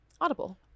Audible